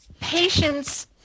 patience